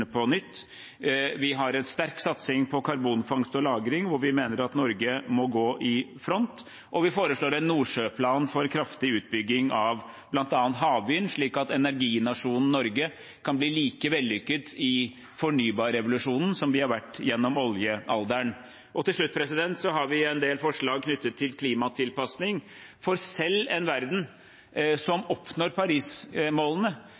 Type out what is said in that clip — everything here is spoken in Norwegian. på nytt. Vi har en sterk satsing på karbonfangst og -lagring, hvor vi mener at Norge må gå i front. Og vi foreslår en nordsjøplan for kraftig utbygging av bl.a. havvind, slik at energinasjonen Norge kan bli like vellykket i fornybarrevolusjonen som vi har vært gjennom oljealderen. Til slutt har vi en del forslag knyttet til klimatilpasning, for selv om verden